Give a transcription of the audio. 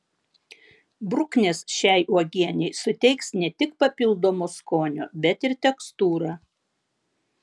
bruknės šiai uogienei suteiks ne tik papildomo skonio bet ir tekstūrą